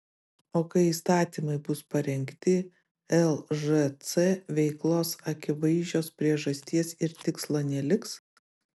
o kai įstatymai bus parengti lžc veiklos akivaizdžios priežasties ir tikslo neliks